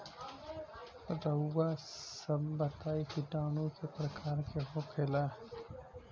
रउआ सभ बताई किटाणु क प्रकार के होखेला?